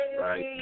right